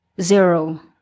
zero